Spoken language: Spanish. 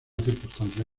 circunstancia